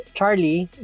Charlie